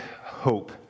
hope